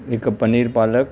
हिकु पनीर पालक